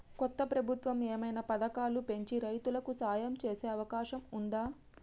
కొత్త ప్రభుత్వం ఏమైనా పథకాలు పెంచి రైతులకు సాయం చేసే అవకాశం ఉందా?